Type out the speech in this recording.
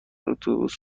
اتوبوس